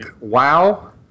WoW